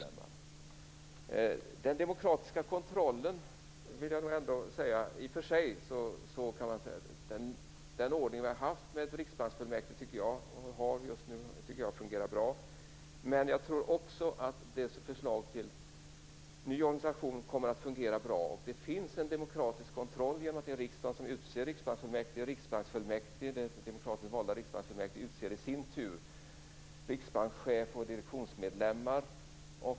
När det gäller den demokratiska kontrollen, tycker jag i och för sig att den ordning vi har haft, och har just nu, med ett riksbanksfullmäktige fungerar bra. Men jag tror också att den nya organisation som är föreslagen kommer att fungera bra. Det finns en demokratisk kontroll genom att det är riksdagen som utser riksbanksfullmäktige, och det demokratiskt valda riksbanksfullmäktige utser i sin tur riksbankschef och direktionsmedlemmar.